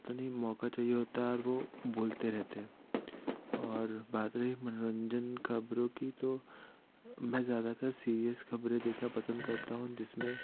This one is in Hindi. पता नहीं मौका चाहिए होता है और वो बोलते रहते हैं और बात रही मनोरंजन खबरों की तो मैं ज़्यादातर सीरीअस खबरें देखना पसंद करता हूँ जिसमें